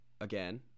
again